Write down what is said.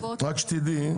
רק שתדעי,